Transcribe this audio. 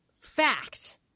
fact –